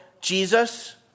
Jesus